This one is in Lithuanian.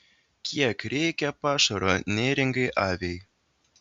kiek reikia pašaro neėringai aviai